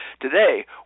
today